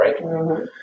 right